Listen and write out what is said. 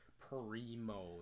primo